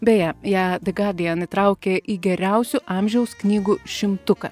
beje ją de gadien įtraukė į geriausių amžiaus knygų šimtuką